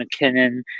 McKinnon